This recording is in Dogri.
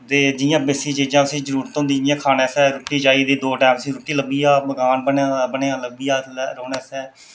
ते जि'यां वेसिक चीजां उसी जरूरत होंदी उसी खाने आस्तै रुट्टी चाहिदी दो टैम उसी रुट्टी लब्भी जा मकान बने दा अपने लब्भी जा रौह्ने आस्तै